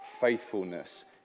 faithfulness